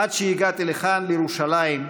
עד שהגעתי לכאן, לירושלים,